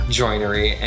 joinery